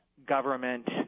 Government